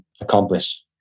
accomplish